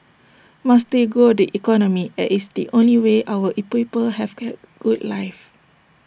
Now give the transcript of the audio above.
must still grow the economy as it's the only way our in people have can good life